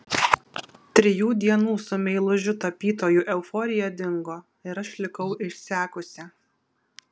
trijų dienų su meilužiu tapytoju euforija dingo ir aš likau išsekusi